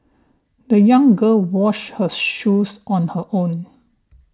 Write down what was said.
the young girl washed her shoes on her own